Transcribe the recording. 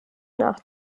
nach